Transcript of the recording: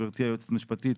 גבירתי היועצת המשפטית,